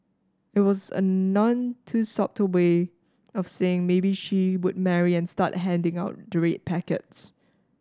it was a none too subtle way of saying maybe she would marry and start handing out the red packets